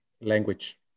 Language